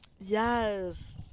yes